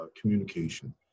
communication